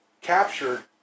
captured